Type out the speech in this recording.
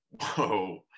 whoa